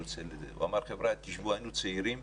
היינו צעירים.